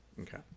Okay